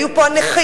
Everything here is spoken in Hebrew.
היו פה הנכים,